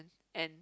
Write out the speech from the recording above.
and